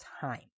time